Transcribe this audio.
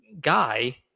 Guy